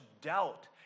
doubt